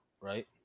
right